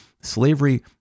Slavery